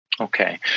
Okay